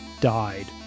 died